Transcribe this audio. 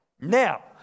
Now